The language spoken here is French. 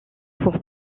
pour